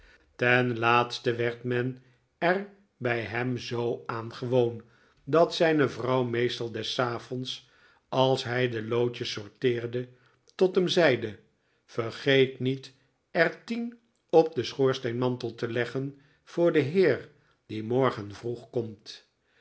ten laatste werd men er bij hem zoo aan gewoon dat zijne vrouw meestal des avonds als hij de lootjes sorteerde tot hem zeide vergeet niet er tien op den'schoorsteenmantel te leggen voor den heer die morgen vroeg komt